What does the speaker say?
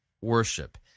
worship